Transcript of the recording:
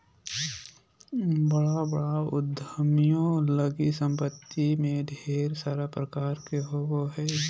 बड़ा बड़ा उद्यमियों लगी सम्पत्ति में ढेर सारा प्रकार होबो हइ